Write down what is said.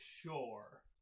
sure